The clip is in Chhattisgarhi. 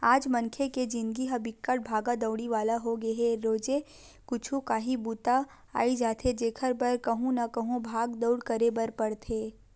आज मनखे के जिनगी ह बिकट भागा दउड़ी वाला होगे हे रोजे कुछु काही बूता अई जाथे जेखर बर कहूँ न कहूँ भाग दउड़ करे बर परथे